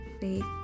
faith